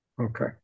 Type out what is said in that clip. Okay